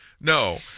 no